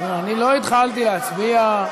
אני לא התחלתי בהצבעה.